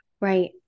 Right